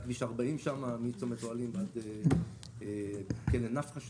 לקראת כביש 40 מצומת אוהלים ועד כלא נפחה.